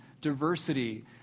diversity